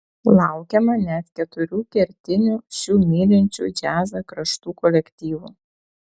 laukiama net keturių kertinių šių mylinčių džiazą kraštų kolektyvų